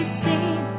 seen